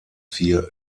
vier